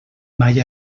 mai